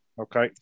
Okay